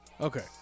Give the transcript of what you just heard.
Okay